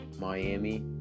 Miami